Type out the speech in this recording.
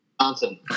Johnson